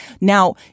Now